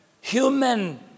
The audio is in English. human